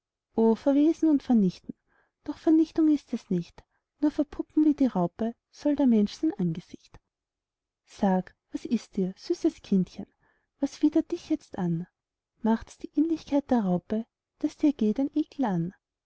verwesen und vernichten doch vernichtung ist es nicht nur verpuppen wie die raupe soll der mensch sein angesicht sag was ist dir süßes kindchen und was widert jetzt dich an macht's die aehnlichkeit der raupe daß dir geht ein ekel